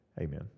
Amen